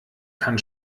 kann